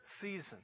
season